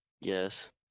Yes